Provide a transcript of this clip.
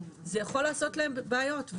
זה יכול לעשות להם בעיות.